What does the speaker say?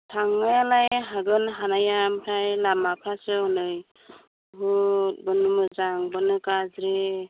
थांनायालाय हागोन हानाया ओमफ्राय लामाफ्रासो हनै बेवनो माने मोजां बेवनो गाज्रि